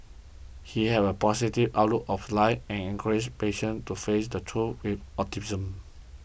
he had a positive outlook of life and encouraged patients to face the truth with